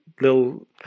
little